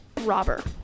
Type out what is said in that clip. robber